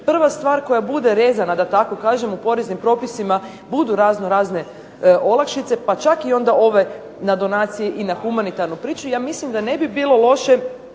prva stvar koja bude rezana da tako kažem u poreznim propisima budu raznorazne olakšice pa čak i onda ove na donacije i na humanitarnu priču. Ja mislim da ne bi bilo loše,